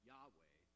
Yahweh